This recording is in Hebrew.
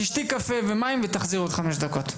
תשתי קפה ומים ותחזרי בעוד חמש דקות.